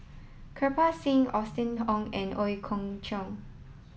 Kirpal Singh Austen Ong and Ooi Kok Chuen